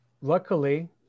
luckily